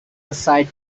aside